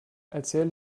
erzähl